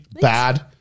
bad